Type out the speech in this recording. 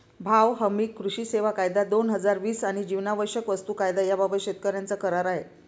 भाव हमी, कृषी सेवा कायदा, दोन हजार वीस आणि जीवनावश्यक वस्तू कायदा याबाबत शेतकऱ्यांचा करार आहे